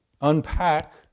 unpack